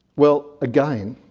well, again,